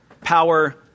power